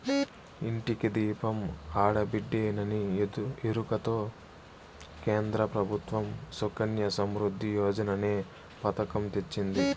ఇంటికి దీపం ఆడబిడ్డేననే ఎరుకతో కేంద్ర ప్రభుత్వం సుకన్య సమృద్ధి యోజననే పతకం తెచ్చింది